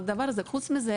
חוץ מזה,